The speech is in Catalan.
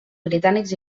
britànics